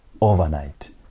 overnight